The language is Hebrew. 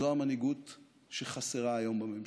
זו המנהיגות שחסרה היום בממשלה.